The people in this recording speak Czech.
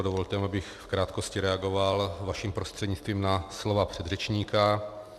Dovolte mi, abych v krátkosti reagoval vaším prostřednictvím na slova předřečníka.